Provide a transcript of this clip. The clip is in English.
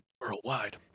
worldwide